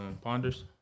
ponders